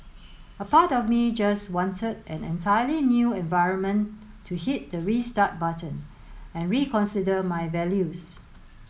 a part of me just wanted an entirely new environment to hit the restart button and reconsider my values